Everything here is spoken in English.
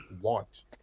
want